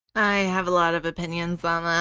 i have a lot of opinions um ah